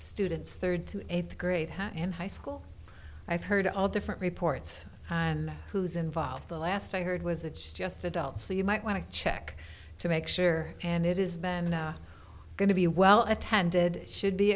students third to eighth grade in high school i've heard all different reports on who's involved the last i heard was it's just adults so you might want to check to make sure and it is been going to be well attended should be